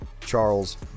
Charles